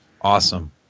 Awesome